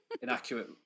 inaccurate